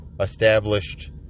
established